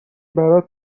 برات